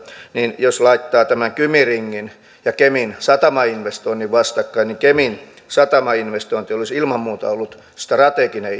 niin jos laittaa tämän kymi ringin ja kemin satamainvestoinnin vastakkain kemin satamainvestointi olisi ilman muuta ollut strateginen